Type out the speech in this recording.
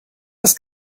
ist